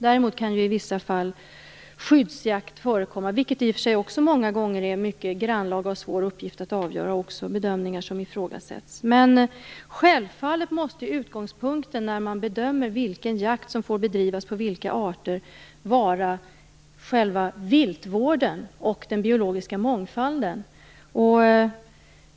Däremot kan i vissa fall skyddsjakt förekomma, vilket i och för sig också många gånger är en mycket grannlaga och svår uppgift att avgöra och där bedömningarna ifrågasätts. När man bedömer vilken jakt som får bedrivas på vilka arter måste självfallet utgångspunkten vara själva viltvården och den biologiska mångfalden.